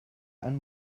ein